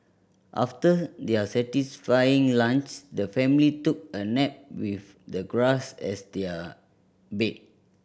after their satisfying lunch the family took a nap with the grass as their bed